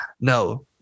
No